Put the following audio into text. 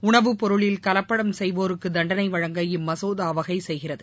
உணவு பொருளில் கலப்படம் செய்வோருக்கு தண்டனை வழங்க இம்மசோதா வகை செய்கிறது